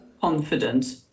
confident